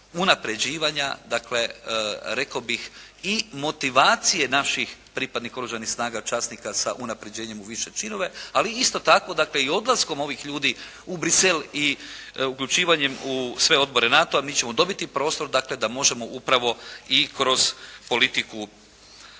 unapređivanja, dakle rekao bih i motivacije naših pripadnika Oružanih snaga, časnika sa unapređenjem u više činove. Ali isto tako dakle, i odlaskom ovih ljudi u Bruxelles i uključivanjem u sve odbore NATO-a mi ćemo dobiti prostor, dakle da možemo upravo i kroz politiku